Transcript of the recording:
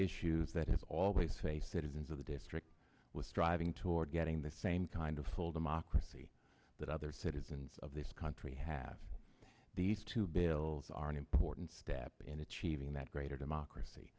issues that have always faced citizens of the district was striving toward getting the same kind of full democracy that other citizens of this country have these two bills are an important step in achieving that greater democracy